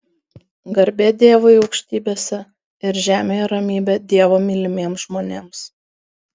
garbė dievui aukštybėse ir žemėje ramybė dievo mylimiems žmonėms